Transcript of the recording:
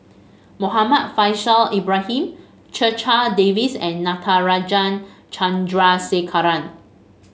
Muhammad Faishal Ibrahim Checha Davies and Natarajan Chandrasekaran